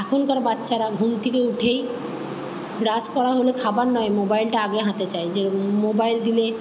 এখনকার বাচ্চারা ঘুম থেকে উঠেই ব্রাশ করা হলে খাবার নয় মোবাইলটা আগে হাতে চাই যে মোবাইল দিলে